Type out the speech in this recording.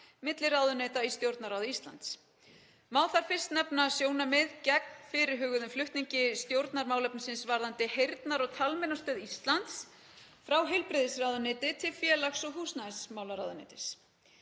milli ráðuneyta í Stjórnarráði Íslands. Má þar fyrst nefna sjónarmið gegn fyrirhuguðum flutningi stjórnarmálefnis varðandi Heyrnar- og talmeinastöð Íslands frá heilbrigðisráðuneyti til félags- og húsnæðismálaráðuneytis.